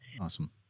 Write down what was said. Awesome